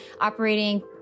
operating